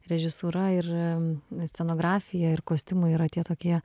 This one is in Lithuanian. režisūra ir na scenografija ir kostiumai yra tie tokie